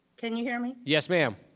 can you hear me? yes, ma'am.